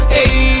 Hey